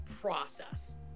process